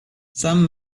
some